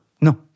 No